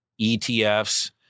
ETFs